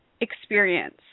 experience